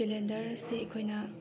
ꯀꯦꯂꯦꯟꯗꯔꯁꯤ ꯑꯩꯈꯣꯏꯅ